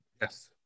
Yes